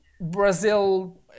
Brazil